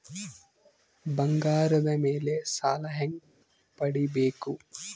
ಬಂಗಾರದ ಮೇಲೆ ಸಾಲ ಹೆಂಗ ಪಡಿಬೇಕು?